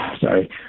Sorry